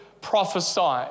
prophesy